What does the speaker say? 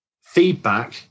feedback